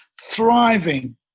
thriving